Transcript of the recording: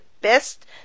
best